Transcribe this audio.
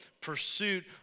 pursuit